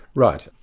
right.